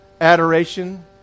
adoration